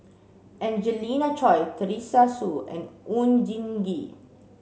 Angelina Choy Teresa Hsu and Oon Jin Gee